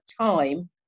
time